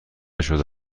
شده